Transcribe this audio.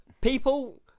people